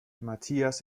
matthias